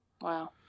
Wow